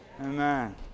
Amen